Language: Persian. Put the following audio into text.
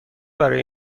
برای